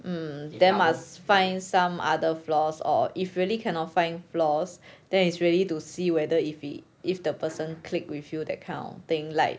um then must find some other flaws or if really cannot find flaws then is really to see whether if he if the person click with you that kind of thing like